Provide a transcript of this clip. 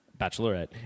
Bachelorette